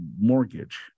mortgage